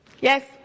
Yes